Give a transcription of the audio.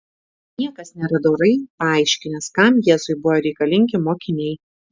niekas nėra dorai paaiškinęs kam jėzui buvo reikalingi mokiniai